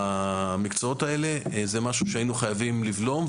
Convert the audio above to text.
במקצועות האלה זה משהו שהיינו חייבים לבלום,